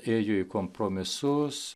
ėjo į kompromisus